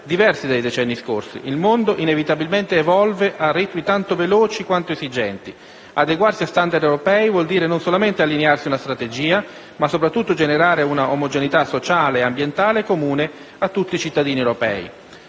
diversi dai decenni scorsi. Il mondo inevitabilmente evolve a ritmi tanto veloci quanto esigenti. Adeguarsi a *standard* europei vuol dire non solamente allinearsi a una strategia, ma anche e soprattutto generare una omogeneità sociale e ambientale comune a tutti i cittadini europei.